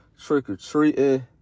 trick-or-treating